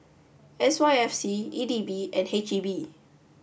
S Y F C E D B and H E B